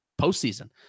postseason